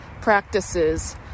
practices